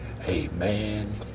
Amen